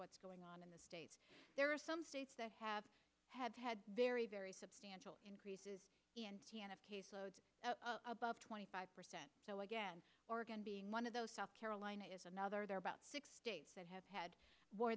what's going on in the states there are some states that have had very very substantial increases in caseload above twenty five percent so again oregon being one of those south carolina is another there are about six states that have had more